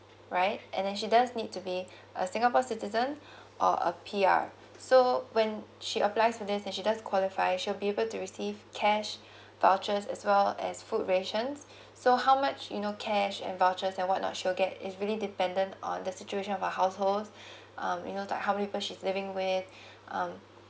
right and then she does need to be a singapore citizen or a P_R so when she applies to this and she does qualify she'll be able to receive cash vouchers as well as food rations so how much you know cash and vouchers and what not she'll get is really dependent on the situation of her households um you know like how many person she's living with um